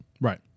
Right